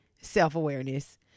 self-awareness